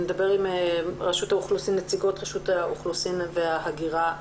נדבר עם נציגות רשות האוכלוסין וההגיעה,